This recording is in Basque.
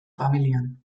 familian